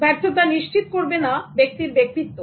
ব্যর্থতা নিশ্চিত করবে না ব্যক্তির ব্যক্তিত্ব